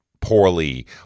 poorly